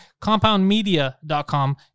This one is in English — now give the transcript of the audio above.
Compoundmedia.com